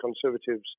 Conservatives